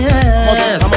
Yes